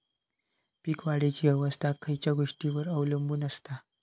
पीक वाढीची अवस्था खयच्या गोष्टींवर अवलंबून असता?